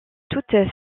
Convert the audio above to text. toutes